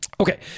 Okay